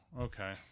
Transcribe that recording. okay